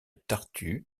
tartu